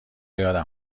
یادم